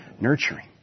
Nurturing